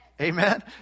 amen